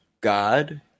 God